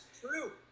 true